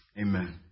Amen